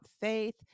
faith